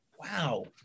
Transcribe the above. Wow